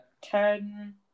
Ten